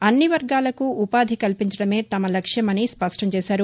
అన్నివర్గాలకు ఉపాధి కల్పించడమే తమ లక్ష్యమని స్పష్టం చేశారు